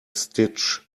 stitch